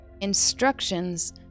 instructions